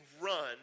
run